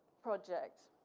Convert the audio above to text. project,